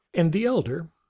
and the elder,